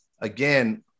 Again